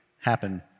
happen